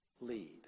lead